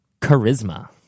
charisma